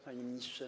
Panie Ministrze!